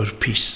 peace